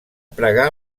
pregar